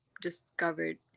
discovered